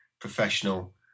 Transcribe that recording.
professional